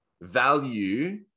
value